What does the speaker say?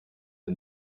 der